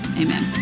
Amen